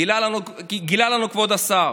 גילה לנו כבוד השר,